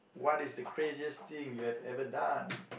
what is the craziest thing you've ever done